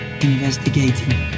investigating